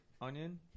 onion